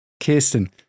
Kirsten